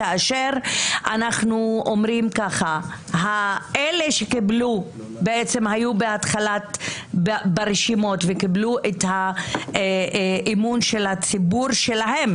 כאשר אנחנו אומרים שאלה שהיו ברשימות וקיבלו את האמון של הציבור שלהם,